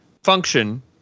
function